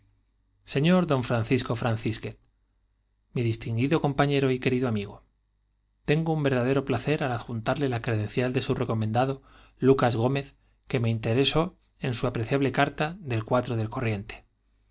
señor don francisco francísquez mi distinguido compañero y querido amigo tengo un verdadero placer al adjuntarle la cre dencial de su recomendado lucas gómez me que interesó en su apreciable carta del del